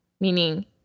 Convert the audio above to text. meaning